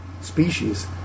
species